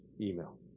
email